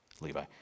Levi